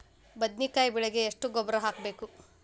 ಬದ್ನಿಕಾಯಿ ಬೆಳಿಗೆ ಎಷ್ಟ ಗೊಬ್ಬರ ಹಾಕ್ಬೇಕು?